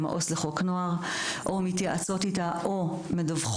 עם העו"ס לחוק נוער או מתייעצות איתה או מדווחות,